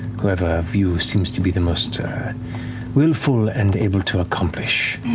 whoever of you seems to be the most willful and able to accomplish.